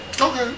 Okay